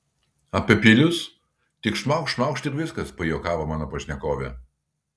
apie peilius tik šmaukšt šmaukšt ir viskas pajuokavo mano pašnekovė